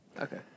Okay